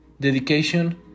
dedication